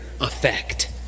effect